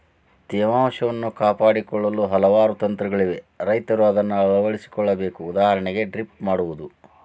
ತೇವಾಂಶವನ್ನು ಕಾಪಾಡಿಕೊಳ್ಳಲು ಹಲವಾರು ತಂತ್ರಗಳಿವೆ ರೈತರ ಅದನ್ನಾ ಅಳವಡಿಸಿ ಕೊಳ್ಳಬೇಕು ಉದಾಹರಣೆಗೆ ಡ್ರಿಪ್ ಮಾಡುವುದು